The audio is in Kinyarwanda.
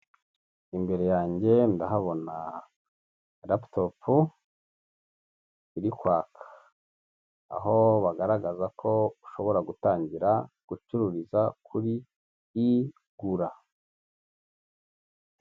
Imbere yanjye ndahabona raputopu iri kwaka aho bagaragaza ko ushobora gutangira gucururiza kuri i gura.